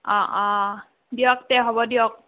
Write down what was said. অঁ অঁ দিয়ক তে হ'ব দিয়ক